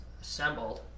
assembled